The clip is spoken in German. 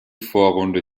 vorrunde